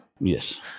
Yes